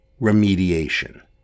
remediation